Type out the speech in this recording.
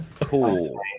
Cool